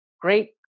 great